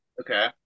Okay